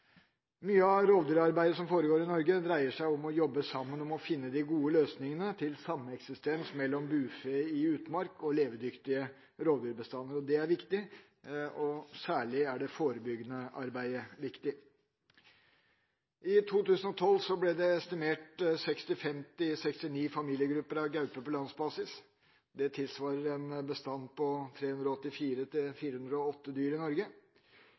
Mye av rovdyrarbeidet som foregår i Norge, dreier seg om å jobbe sammen for å finne de gode løsningene til sameksistens mellom bufe i utmark og levedyktige rovdyrbestander. Det er viktig. Særlig er det forebyggende arbeidet viktig. I 2012 er det estimert 65–69 familiegrupper av gaupe på landsbasis. Det tilsvarer en bestand på 384–408 dyr i Norge.